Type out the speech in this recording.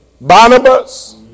Barnabas